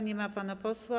Nie ma pana posła.